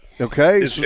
Okay